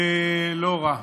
לא רע.